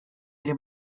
ere